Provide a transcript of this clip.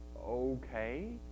Okay